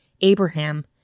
Abraham